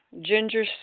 Ginger